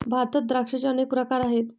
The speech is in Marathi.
भारतात द्राक्षांचे अनेक प्रकार आहेत